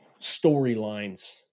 storylines